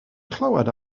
clywed